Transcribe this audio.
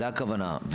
זאת הכוונה.